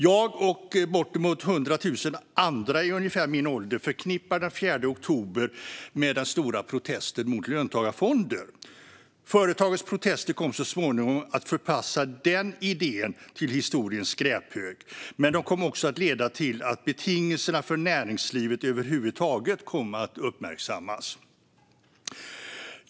Jag och bortemot hundra tusen andra i ungefär min ålder förknippar den 4 oktober med den stora protesten mot löntagarfonder. Företagens protester kom så småningom att förpassa den idén till historiens skräphög. Men de kom också att leda till att betingelserna för näringslivet över huvud taget kom att uppmärksammas.